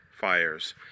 fires